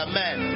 Amen